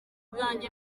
bwanjye